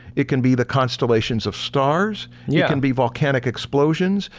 it can be the constellations of stars, yeah it can be volcanic explosions,